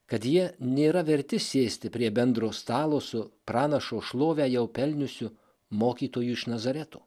kad jie nėra verti sėsti prie bendro stalo su pranašo šlovę pelniusių mokytojų iš nazareto